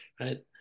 right